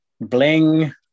Bling